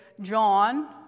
John